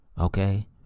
Okay